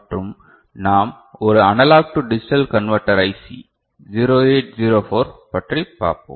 மற்றும் நாம் ஒரு analog to digital converter IC 0804 பற்றி பார்ப்போம்